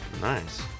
Nice